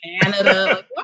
canada